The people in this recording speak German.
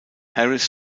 harris